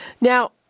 Now